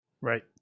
Right